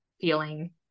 feeling